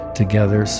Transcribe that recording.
together